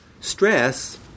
stress